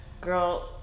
Girl